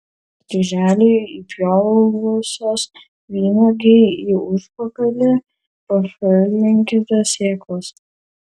kryželiu įpjovusios vynuogei į užpakalį pašalinkite sėklas